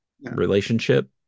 relationship